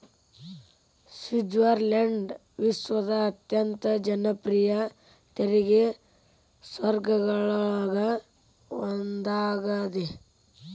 Switzerland ವಿಶ್ವದ ಅತ್ಯಂತ ಜನಪ್ರಿಯ ತೆರಿಗೆ ಸ್ವರ್ಗಗಳೊಳಗ ಒಂದಾಗ್ಯದ